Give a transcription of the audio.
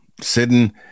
Sitting